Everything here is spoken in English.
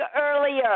earlier